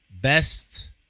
Best